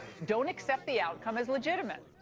don't accept the outcome as legitimate.